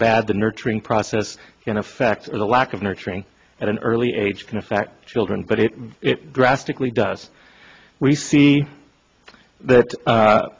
bad the nurturing process in effect or the lack of nurturing at an early age can affect children but it graphically does we see that